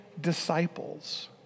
disciples